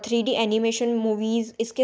three D animation movies इसके